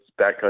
backcountry